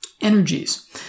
energies